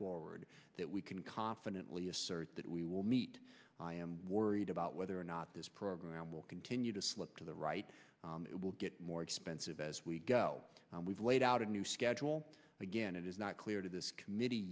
forward that we can confidently assert that we will meet i am worried about whether or not this program will continue to slip to the right it will get more expensive as we go we've laid out a new schedule again it is not clear to this committee